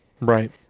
Right